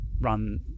run